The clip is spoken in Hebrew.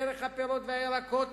דרך הפירות והירקות,